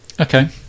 Okay